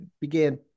began